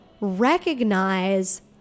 recognize